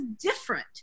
different